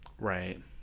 Right